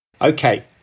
Okay